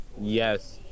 Yes